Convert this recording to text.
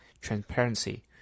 transparency